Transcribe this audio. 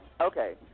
okay